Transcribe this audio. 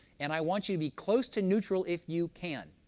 and i want you to be close to neutral if you can.